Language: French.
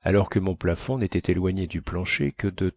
alors que mon plafond nétait éloigné du plancher que de